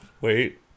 wait